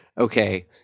okay